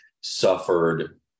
suffered